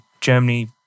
Germany